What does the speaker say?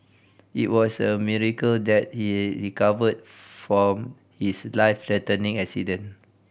it was a miracle that he recovered from his life threatening accident